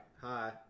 Hi